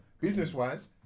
Business-wise